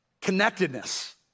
connectedness